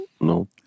no